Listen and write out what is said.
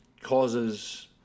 causes